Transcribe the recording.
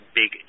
big